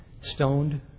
stoned